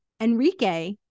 Enrique